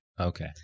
Okay